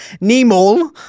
Nemo